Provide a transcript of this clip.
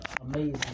amazing